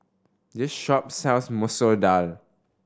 this shop sells Masoor Dal